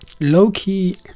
low-key